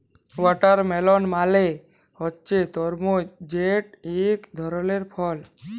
watermelon মালে হছে তরমুজ যেট ইক ধরলের ফল